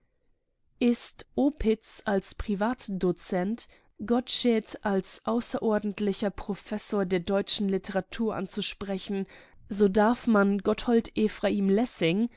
ist opitz als privatdozent gottsched als außerordentlicher professor der deutschen literatur anzusprechen so darf man gotthold ephraim lessing